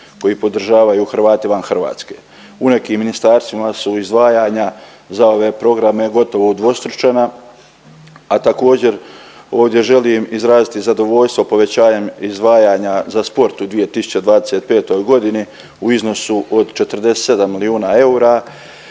koji podržavaju Hrvate van Hrvatske. U nekim ministarstvima su izdvajanja za ove programe gotovo udvostručena, a također ovdje želim izraziti zadovoljstvo povećanjem izdvajanja za sport u 2025.g. u iznosu od 47 milijuna eura.